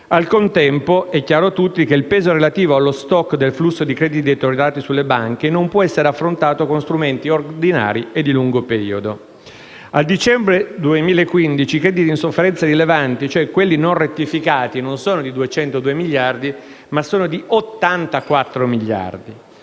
al contempo è chiaro a tutti che il peso relativo dello *stock* e del flusso dei crediti deteriorati sulle banche non può essere affrontato con strumenti ordinari e di lungo periodo. Al dicembre 2015 i crediti in sofferenza rilevanti, cioè quelli non rettificati dalle banche ammontano non a 202 miliardi ma a 84 miliardi,